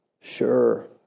Sure